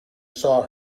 saw